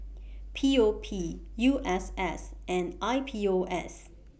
P O P U S S and I P O S